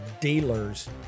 dealers